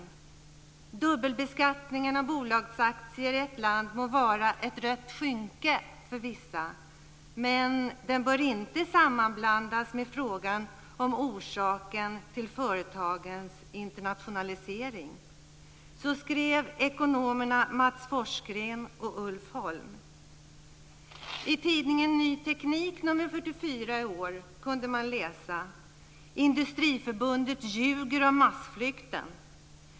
Där framhålls bl.a. att dubbelbeskattningen av bolag i vårt land må vara ett rött skynke för vissa, men den bör inte sammanblandas med frågan om orsaken till företagens internationalisering. Så skrev ekonomerna Mats Forsgren och Ulf Holm. I tidningen Ny Teknik nr 44 i år kunde man läsa: "Industriförbundet ljuger om massflykten.